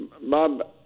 Bob